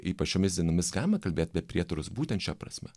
ypač šiomis dienomis gama kalbėti apie prietarus būtent šia prasme